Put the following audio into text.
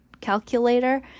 calculator